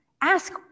ask